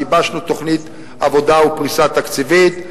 גיבשנו תוכנית עבודה ופריסה תקציבית.